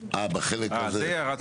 אה, בחלק הזה.